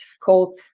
called